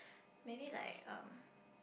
maybe like um